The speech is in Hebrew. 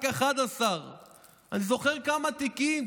רק 11. אני זוכר כמה תיקים,